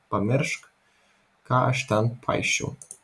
pamiršk ką aš ten paisčiau